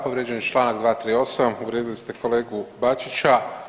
Povrijeđen je čl. 238, uvrijedili ste kolegu Bačića.